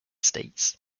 states